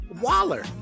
Waller